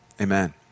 amen